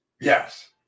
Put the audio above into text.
Yes